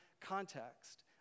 context